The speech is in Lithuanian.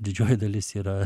didžioji dalis yra